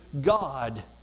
God